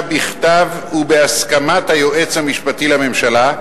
בכתב ובהסכמת היועץ המשפטי לממשלה,